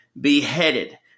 beheaded